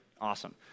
awesome